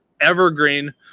evergreen